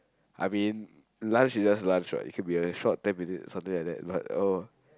I mean lunch is just lunch what it could be a short ten minutes something like that but oh